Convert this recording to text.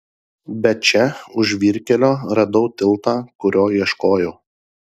bet čia už žvyrkelio radau tiltą kurio ieškojau